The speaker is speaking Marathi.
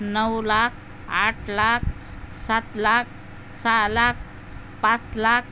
नऊ लाख आठ लाख सात लाख सहा लाख पाच लाख